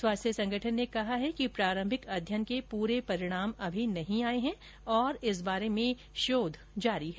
स्वास्थ्य संगठन ने कहा है कि प्रारम्भिक अध्ययन के पूरे परिणाम अभी नहीं आए हैं और इस बारे में शोध जारी है